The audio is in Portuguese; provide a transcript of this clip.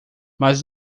mas